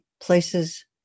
places